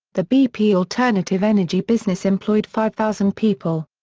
the bp alternative energy business employed five thousand people.